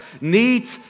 need